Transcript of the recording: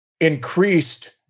increased